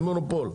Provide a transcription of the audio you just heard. הם מונופול,